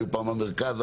פעם במרכז,